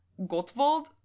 Gottwald